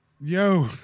Yo